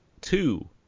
two